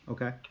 Okay